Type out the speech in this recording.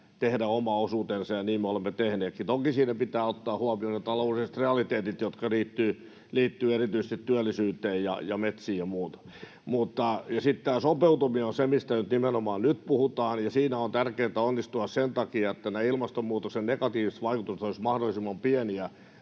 tehdä oma osuutensa, ja niin me olemme tehneetkin. Toki siinä pitää ottaa huomioon ne taloudelliset realiteetit, jotka liittyvät erityisesti työllisyyteen ja metsiin ja muuhun. Sitten tämä sopeutuminen on se, mistä nimenomaan nyt puhutaan, ja siinä on tärkeintä onnistua sen takia, että ne ilmastonmuutoksen negatiiviset vaikutukset olisivat mahdollisimman pieniä